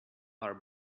are